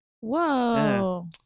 Whoa